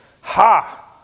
Ha